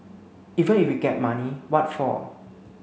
even if we get money what for